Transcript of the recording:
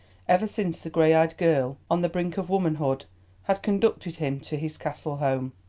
ever since the grey-eyed girl on the brink of womanhood had conducted him to his castle home.